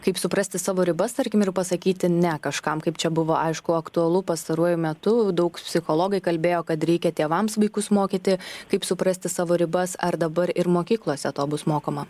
kaip suprasti savo ribas tarkim ir pasakyti ne kažkam kaip čia buvo aišku aktualu pastaruoju metu daug psichologai kalbėjo kad reikia tėvams vaikus mokyti kaip suprasti savo ribas ar dabar ir mokyklose to bus mokoma